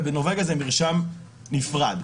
ובנורבגיה זה מרשם נפרד.